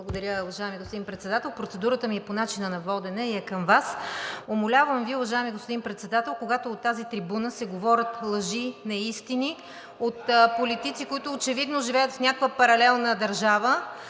Благодаря, уважаеми господин Председател! Процедурата ми е по начина на водене и е към Вас. Умолявам Ви, уважаеми господин Председател, когато от тази трибуна се говорят лъжи и неистини от политици, които очевидно живеят в някаква паралелна държава,